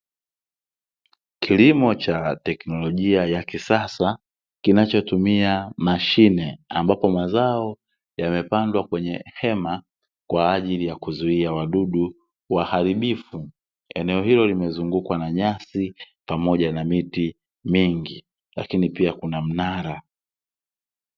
Kilimo cha teknolojia ya kisasa kinachotumia mashine, ambapo mazao yamepandwa kwenye hema kwa ajili ya kuzuia wadudu waharibifu. Eneo hilo limezungukwa na nyasi pamoja na miti mingi, lakini pia kuna mnara.